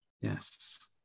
yes